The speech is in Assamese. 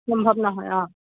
সম্ভৱ নহয় অঁ